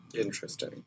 interesting